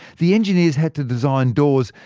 the engineers had to design doors,